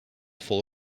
full